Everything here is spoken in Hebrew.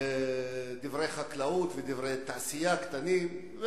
דברי חקלאות ודברי תעשייה קטנים,